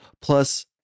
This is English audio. plus